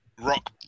rock